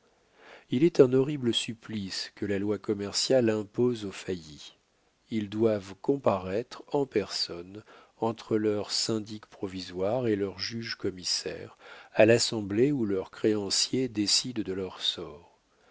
il est un horrible supplice que la loi commerciale impose aux faillis ils doivent comparaître en personne entre leurs syndics provisoires et leur juge commissaire à l'assemblée où leurs créanciers décident de leur sort